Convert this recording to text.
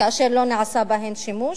כאשר לא נעשה בהן שימוש,